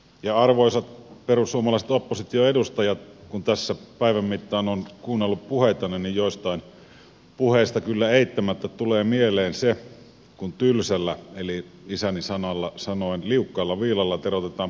arvoisat perussuomalaiset opposition edustajat kun tässä päivän mittaan on kuunnellut puheitanne niin joistain puheista kyllä eittämättä tulee mieleen se kun tylsällä eli isäni sanalla sanoen liukkaalla viilalla teroitetaan pokasahaa